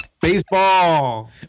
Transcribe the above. baseball